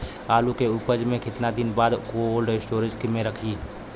आलू के उपज के कितना दिन बाद कोल्ड स्टोरेज मे रखी?